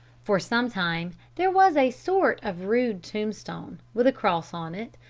for some time there was a sort of rude tombstone, with a cross on it,